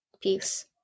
peace